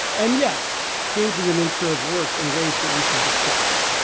and yes, change in the nature of work and ways that we should discuss.